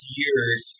years